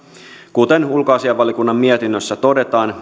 kuten ulkoasiainvaliokunnan mietinnössä todetaan